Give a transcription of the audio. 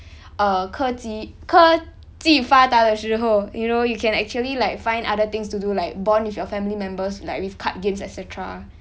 err 科技科技发达的时候 you know you can actually like find other things to do like bond with your family members like with card games etc